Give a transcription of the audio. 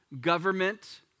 government